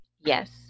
Yes